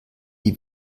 die